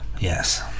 Yes